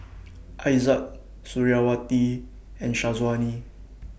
Aizat Suriawati and Syazwani